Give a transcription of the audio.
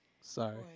Sorry